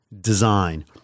design